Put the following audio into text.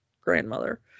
grandmother